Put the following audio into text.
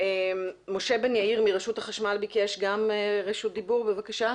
משה בן יאיר מרשות החשמל ביקש רשות דיבור, בבקשה.